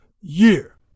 year